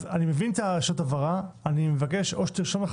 אני מבין את שאלות ההבהרה אבל אני מבקש שתרשום לך